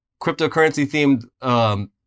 cryptocurrency-themed